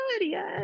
yes